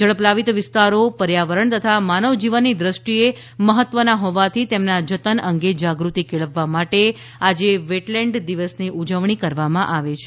જલપ્લાવીત વિસ્તારો પર્યાવરણ તથા માનવ જીવનની દૃષ્ટિએ મહત્વના હોવાથી તેમના જતન અંગે જાગૃતિ કેળવવા માટે આજે વેટલેન્ડ દિવસની ઉજવણી કરવામાં આવે છે